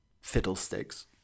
fiddlesticks